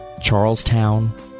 Charlestown